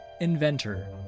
inventor